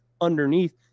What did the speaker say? underneath